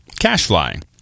CashFly